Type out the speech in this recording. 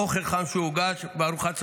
אוכל חם הוגש בארוחת הצוהריים.